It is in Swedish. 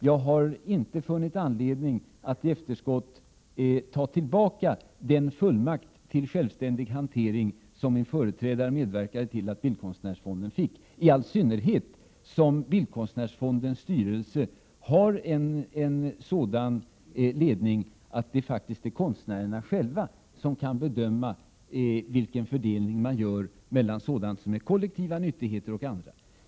Jag har inte funnit anledning att i efterskott ta tillbaka den fullmakt till självständig hantering som min företrädare medverkade till att bildkonstnärsfonden fick, i all synnerhet som bildkonstnärsfondens styrelse har en sådan ledning att det faktiskt är konstnärerna själva som kan bedöma vilken fördelning man skall göra mellan kollektiva nyttigheter och andra.